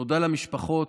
תודה למשפחות,